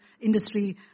industry